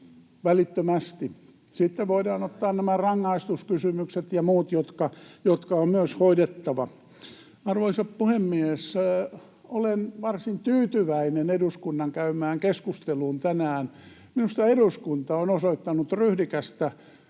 Sitten voidaan ottaa nämä rangaistuskysymykset ja muut, jotka on myös hoidettava. Arvoisa puhemies! Olen varsin tyytyväinen eduskunnan käymään keskusteluun tänään. Minusta eduskunta on osoittanut ryhdikästä